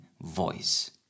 voice